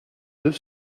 deux